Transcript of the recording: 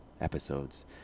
episodes